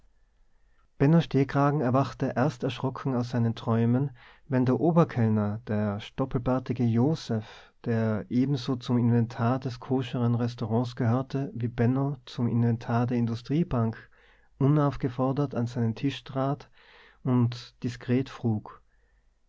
benno stehkragen erwachte erst erschrocken aus seinen träumen wenn der oberkellner der stoppelbärtige josef der ebenso zum inventar des koscheren restaurants gehörte wie benno zum inventar der industriebank unaufgefordert an seinen tisch trat und diskret frug